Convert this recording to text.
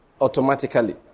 automatically